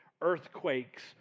earthquakes